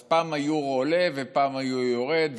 אז פעם היורו עולה ופעם היורו יורד,